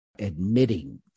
admitting